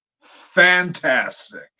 fantastic